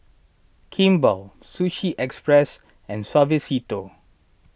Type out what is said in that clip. Kimball Sushi Express and Suavecito